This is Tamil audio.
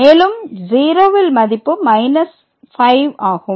மேலும் 0ல் மதிப்பு 5 ஆகும்